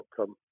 outcome